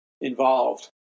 involved